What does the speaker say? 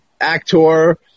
actor